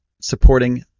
supporting